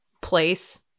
place